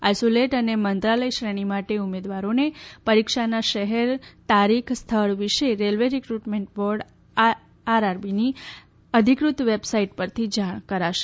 isolate અને મંત્રાલય શ્રેણી માટે ઉમેદવારોને પરીક્ષાના શહેર તારીખ સ્થળ વિશે રેલવે રિક્રટમેન્ટ બોર્ડ આઈઆઈબીની અધિકૃત વેબસાઈટ પરથી જાણ કરાશે